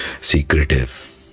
Secretive